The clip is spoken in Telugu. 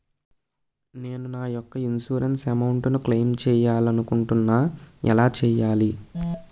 నేను నా యెక్క ఇన్సురెన్స్ అమౌంట్ ను క్లైమ్ చేయాలనుకుంటున్నా ఎలా చేయాలి?